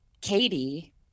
Katie